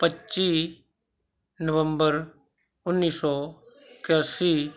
ਪੱਚੀ ਨਵੰਬਰ ਉੱਨੀ ਸੌ ਇਕਾਸੀ